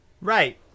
Right